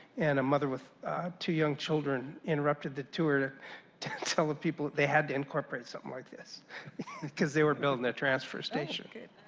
and the mother with two young children interrupted the tour. to tell tell the people they had to incorporate something like this because they were building a transfer station. can